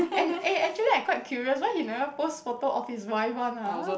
and eh actually I quite curious why he never post photo of his wife one ah